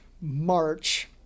March